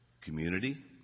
community